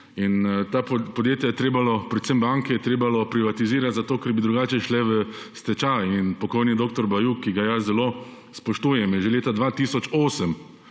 ta podjetja, predvsem banke je bilo treba privatizirati zato, ker bi drugače šle v stečaj. Pokojni dr. Bajuk, ki ga jaz zelo spoštujem, je že leta 2008